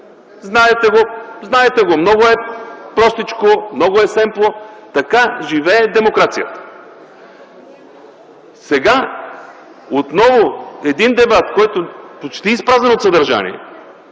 Знаете го! Знаете го, много е простичко, много е семпло. Така живее демокрацията. Сега отново дебат, който е почти изпразнен от съдържание